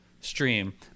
stream